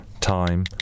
time